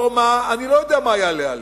והרפורמה, אני לא יודע מה יהיה עליה.